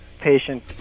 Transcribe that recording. patient